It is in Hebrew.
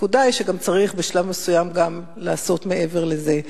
הנקודה היא שצריך בשלב מסוים גם לעשות מעבר לזה.